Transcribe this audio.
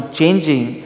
changing